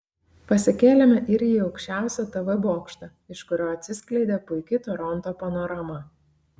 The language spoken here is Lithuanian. pasikėlėme ir į aukščiausią tv bokštą iš kurio atsiskleidė puiki toronto panorama